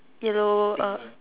yellow uh